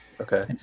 Okay